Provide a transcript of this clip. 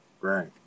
right